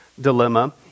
dilemma